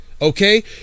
Okay